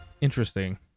interesting